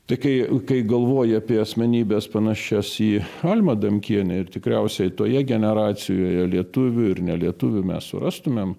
tai kai kai galvoji apie asmenybes panašias į almą adamkienę ir tikriausiai toje generacijoje lietuvių ir nelietuvių mes surastumėm